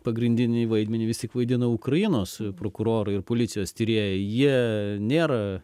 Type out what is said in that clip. pagrindinį vaidmenį vis tik vaidina ukrainos prokurorai ir policijos tyrėjai jie nėra